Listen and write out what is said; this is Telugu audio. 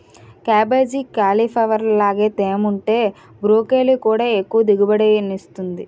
కేబేజీ, కేలీప్లవర్ లాగే తేముంటే బ్రోకెలీ కూడా ఎక్కువ దిగుబడినిస్తుంది